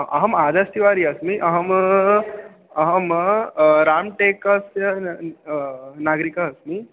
अहम् आदर्शः तिवारी अस्मि अहम् अहं रामटेकस्य नागरीकः अस्मि